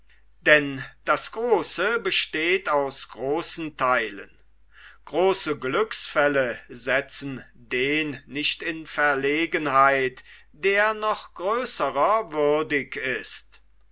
denn das große besteht aus großen theilen große glücksfälle setzen den nicht in verlegenheit der noch größrer würdig ist